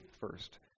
first